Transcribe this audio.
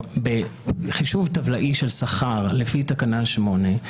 בחישוב טבלאי של שכר לפי תקנה 8,